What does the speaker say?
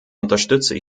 unterstütze